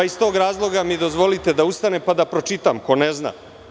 Iz tog razloga mi dozvolite da ustanem pa da pročitam, ko ne zna.